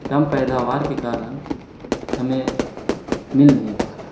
کم پیداوار کے کارن ہمیں مل نہیں پا رہا